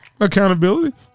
Accountability